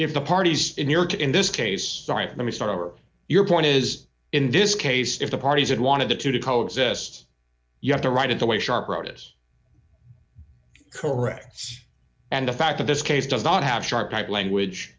if the parties in new york in this case sign me start over your point is in this case if the parties had wanted to to to co exist you have to write it the way sharp wrote it correct and the fact that this case does not have sharp typed language